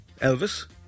Elvis